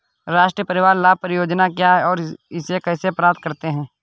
राष्ट्रीय परिवार लाभ परियोजना क्या है और इसे कैसे प्राप्त करते हैं?